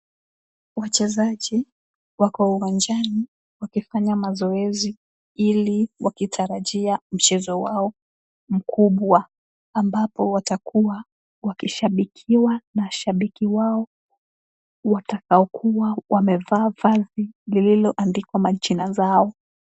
Wachezaji wako uwanjani wakifanya mazoezi ili wakitarajia mchezo wao mkubwa ambapo watakuwa wakishabikiwa na shabiki wao watakaokuwa wamevaa vazi lilioandikwa majina zao.